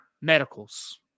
Medicals